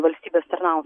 valstybės tarnautojams